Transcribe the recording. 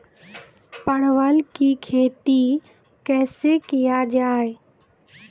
परवल की खेती कैसे किया जाय?